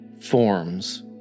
forms